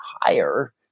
higher